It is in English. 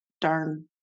darn